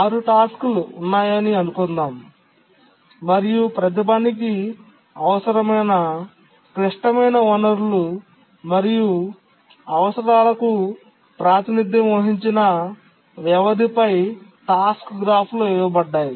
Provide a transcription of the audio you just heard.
6 టాస్క్లు ఉన్నాయని అనుకుందాం మరియు ప్రతి పనికి అవసరమైన క్లిష్టమైన వనరులు మరియు అవసరాలకు ప్రాతినిధ్యం వహించిన వ్యవధి పై టాస్క్ గ్రాఫ్లో ఇవ్వబడ్డాయి